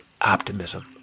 optimism